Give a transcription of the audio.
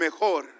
mejor